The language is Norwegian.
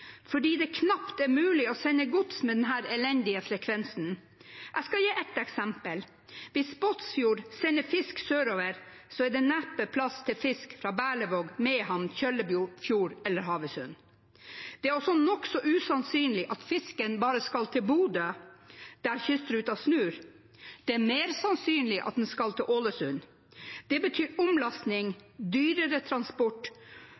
mulig å sende gods med denne elendige frekvensen. Jeg skal gi ett eksempel: Hvis Båtsfjord sender fisk sørover, er det neppe plass til fisk fra Berlevåg, Mehamn, Kjøllefjord eller Havøysund. Det er også nokså usannsynlig at fisken bare skal til Bodø, der kystruta snur. Det er mer sannsynlig at den skal til Ålesund. Det betyr omlasting, dyrere transport,